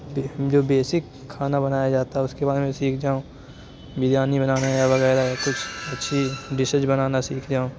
جو بیسک کھانا بنایا جاتا ہے اس کے بارے میں سیکھ جاؤں بریانی بنانا یا وغیرہ کچھ اچھی ڈشز بنانا سیکھ جاؤں